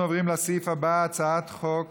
אנחנו עוברים לסעיף הבא: הצעת חוק